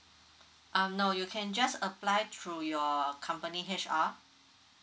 um no you can just apply through your company H_R